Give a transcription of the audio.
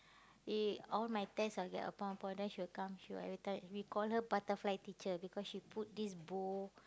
in all my test I get upon upon then she will come she will every time we call her butterfly teacher because she put this bow